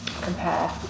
compare